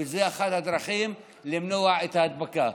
וזאת אחת הדרכים למנוע את ההדבקה.